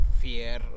fear